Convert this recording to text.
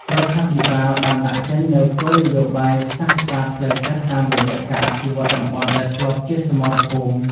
រដ្ឋាភិបាលបានដាក់ចេញនូវគោលនយោបាយផ្សះផ្សាផ្លូវចិត្តតាមរយៈការអភិវឌ្ឍតំបន់ដែលធ្លាប់ជាសមរភូមិ។